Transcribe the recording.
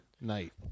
night